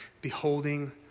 Beholding